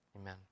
Amen